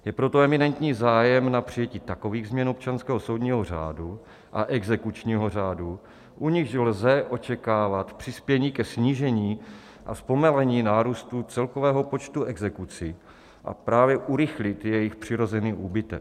Je proto eminentní zájem na přijetí takových změn občanského soudního řádu a exekučního řádu, u nichž lze očekávat přispění ke snížení a zpomalení nárůstu celkového počtu exekucí a urychlit jejich přirozený úbytek.